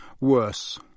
worse